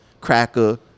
cracker